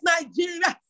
Nigeria